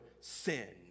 sin